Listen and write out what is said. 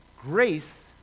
grace